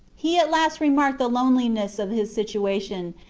he at last remarked the loneliness of his situation,